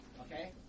okay